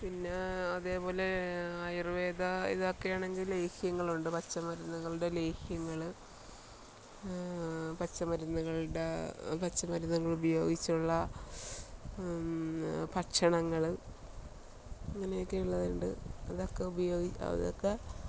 പിന്നേ അതേപോലെ ആയുർവേദ ഇതൊക്കെയാണെങ്കി ലേഹ്യങ്ങളുണ്ട് പച്ചമരുന്നുകളുടെ ലേഹ്യങ്ങള് പച്ചമരുന്നുകളുടെ പച്ചമരുന്നുകൾ ഉപയോഗിച്ചുള്ള ഭക്ഷണങ്ങൽ അങ്ങനെയൊക്ക ഉള്ളതുണ്ട് അതൊക്കെ ഉപയോഗിച്ചു അതൊക്കെ